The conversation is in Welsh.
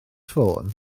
ffôn